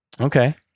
Okay